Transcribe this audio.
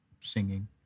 singing